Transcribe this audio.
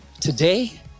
today